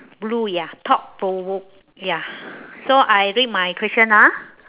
blue ya thought provo~ ya so I read my question ah